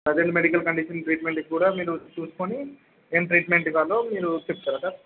present medical condition ట్రీట్మెంట్కి కూడా మీరు చూసుకుని ఏం ట్రీట్మెంట్ ఇవ్వాలో మీరు చెప్తారా సార్